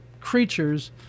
creatures